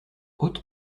haute